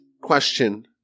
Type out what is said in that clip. question